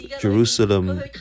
Jerusalem